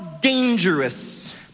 dangerous